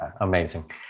Amazing